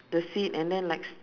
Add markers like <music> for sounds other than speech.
the seat and then like <noise>